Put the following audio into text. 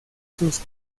sus